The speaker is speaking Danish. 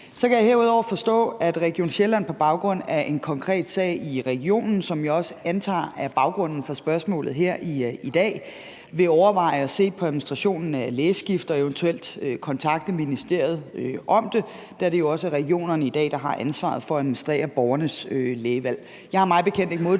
Så kan jeg herudover forstå, at Region Sjælland på baggrund af en konkret sag i regionen, som jeg også antager er baggrunden for spørgsmålet her i dag, vil overveje at se på administrationen af lægeskift og eventuelt kontakte ministeriet om det, da det jo også i dag er regionerne, der har ansvaret for at administrere borgernes lægevalg.